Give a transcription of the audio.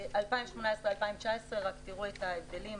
2019-2018), תראו את ההבדלים.